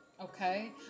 Okay